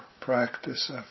practice